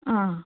आ